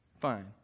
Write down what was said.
fine